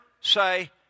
say